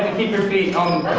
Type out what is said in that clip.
your feet on